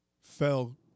fell